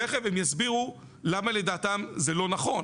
תיכף הם יסבירו למה לדעתם זה לא נכון,